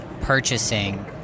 purchasing